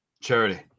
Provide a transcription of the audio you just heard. Charity